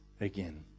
again